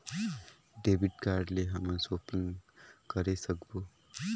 Debit card ले हमन shopping करे सकबो?